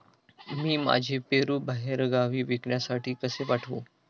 मी माझे पेरू बाहेरगावी विकण्यासाठी कसे पाठवू?